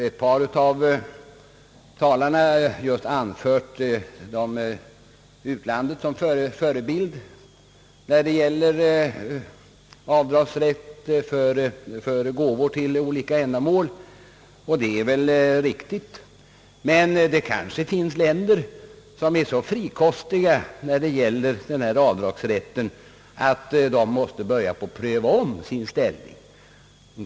Ett par talare har anfört utlandet som förebild när det gäller avdragsrätt för gåvor till olika ändamål, och det är väl riktigt att avdragsrätt tillämpas på sina håll. Men det finns länder som är så frikostiga när det gäller denna avdragsrätt, att de måste börja pröva om sin ställning.